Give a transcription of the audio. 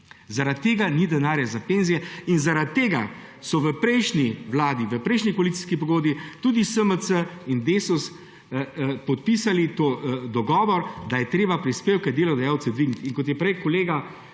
Zaradi tega ni denarja za penzije in zaradi tega so v prejšnji vladi, v prejšnji koalicijski pogodbi – tudi SMC in Desus – podpisali ta dogovor, da je treba prispevke delodajalcev dvigniti,